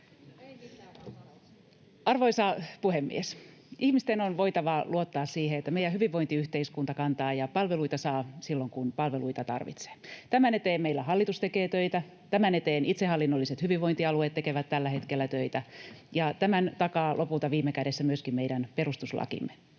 Arvoisa puhemies! Ihmisten on voitava luottaa siihen, että meidän hyvinvointiyhteiskunta kantaa ja palveluita saa silloin, kun palveluita tarvitsee. Tämän eteen meillä hallitus tekee töitä, tämän eteen itsehallinnolliset hyvinvointialueet tekevät tällä hetkellä töitä, ja tämän takaa lopulta viime kädessä myöskin meidän perustuslakimme.